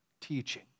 teaching